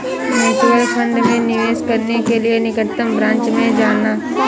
mutual fund में निवेश करने के लिए निकटतम ब्रांच में जाना